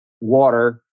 water